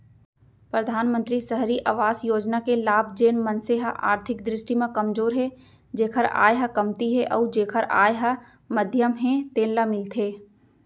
परधानमंतरी सहरी अवास योजना के लाभ जेन मनसे ह आरथिक दृस्टि म कमजोर हे जेखर आय ह कमती हे अउ जेखर आय ह मध्यम हे तेन ल मिलथे